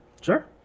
sure